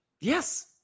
Yes